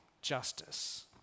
justice